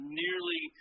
nearly